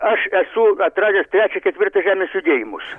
aš esu atradęs trečią ketvirtą žemės judėjimus